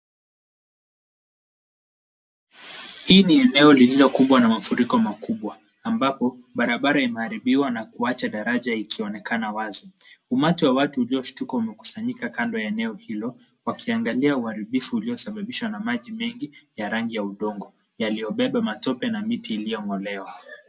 Hii ni eneo lililo kumbwa na mafuriko makubwa, ambapo barabara imeharibiwa na kuacha daraja ikionekana wazi. Umati wa watu ulioshutuka umekusanyika kando ya eneo hilo, wakiangalia uharibifu uliosababishwa na maji mengi ya rangi ya udongo, yaliyobeba matope na miti iliyong'olewa.